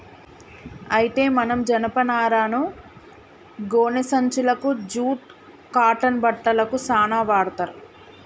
అయితే మనం జనపనారను గోనే సంచులకు జూట్ కాటన్ బట్టలకు సాన వాడ్తర్